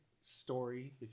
story